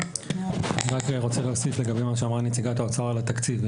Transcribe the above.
אני רק רוצה להוסיף לגבי מה שאמרה נציגת האוצר על התקציב.